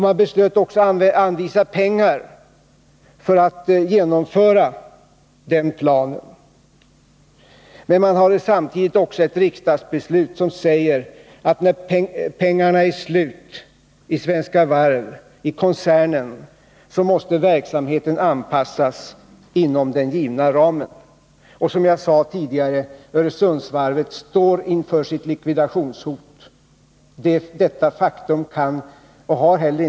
Man beslöt också att anvisa pengar för att möjliggöra genomförandet av den planen. Men vi har samtidigt ett riksdagsbeslut som säger att när pengarna tar slut i Svenska Varv-koncernen måste verksamheten anpassas inom den givna ramen. Och som jag sade tidigare står Öresundsvarvet inför likvidationshot. Detta faktum kan man inte bortse från.